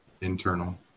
internal